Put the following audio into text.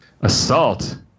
Assault